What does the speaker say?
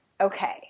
okay